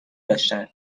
داشتند